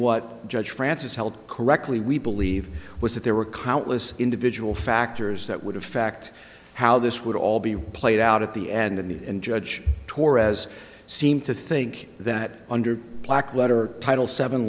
what judge francis held correctly we believe was that there were countless individual factors that would affect how this would all be played out at the end and judge torres seemed to think that under the black letter title seven